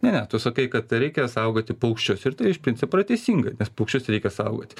ne ne tu sakai kad reikia saugoti paukščius ir tai iš principo yra teisingai nes paukščius reikia saugoti